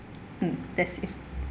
mm that's it